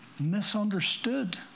misunderstood